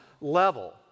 level